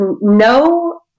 no